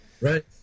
Right